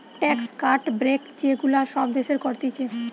tax cut, break যে গুলা সব দেশের করতিছে